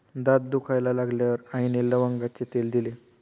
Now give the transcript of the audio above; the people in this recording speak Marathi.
दात दुखायला लागल्यावर आईने लवंगाचे तेल दिले